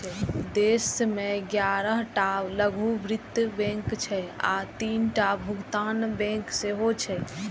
देश मे ग्यारह टा लघु वित्त बैंक छै आ तीनटा भुगतान बैंक सेहो छै